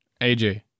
AJ